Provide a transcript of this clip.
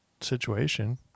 situation